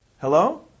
Hello